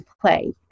play